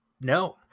no